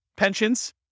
Pensions